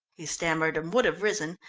he stammered, and would have risen,